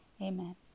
Amen